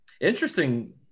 interesting